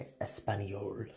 Espanol